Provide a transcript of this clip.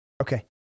Okay